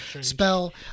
spell